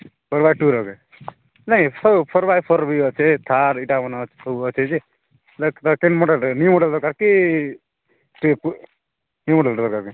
four by two ନେବେ ନାଇ four four by four ଅଛି ତାର୍ ଏଇଟା ମାନ ସବୁ ଅଛି ଯେ ସେଇଟା କିନ୍ ମଡ଼େଲ୍ରେ ନ୍ୟୁ ମଡ଼େଲ୍ କି ସେ ପୁରା ନ୍ୟୁ ମଡ଼େଲ୍ର ଦରକାର କି